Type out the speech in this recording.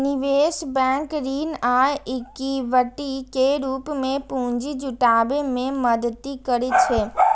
निवेश बैंक ऋण आ इक्विटी के रूप मे पूंजी जुटाबै मे मदति करै छै